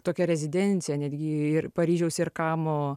tokia rezidencija netgi ir paryžiaus ir kamo